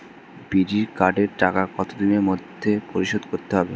বিড়ির কার্ডের টাকা কত দিনের মধ্যে পরিশোধ করতে হবে?